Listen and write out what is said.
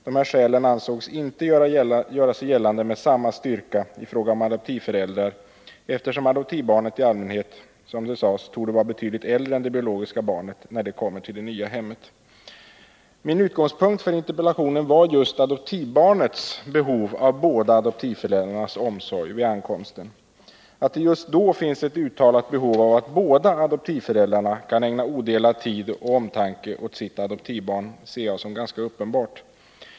Dessa skäl ansågs inte göra sig gällande med samma styrka i fråga om adoptivföräldrar, eftersom adoptivbarnet i allmänhet, som det sades, torde vara betydligt äldre än det biologiska barnet när det kommer till det nya hemmet. Min utgångspunkt för interpellationen var emellertid adoptivbarnets behov av båda adoptivföräldrarnas omsorg vid ankomsten. Att det just då finns ett uttalat behov av att båda adoptivföräldrarna kan ägna odelad tid och omtanke åt sitt adoptivbarn ser jag som uppenbart.